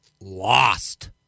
lost